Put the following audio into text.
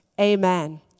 Amen